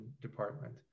department